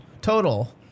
Total